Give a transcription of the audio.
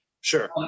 sure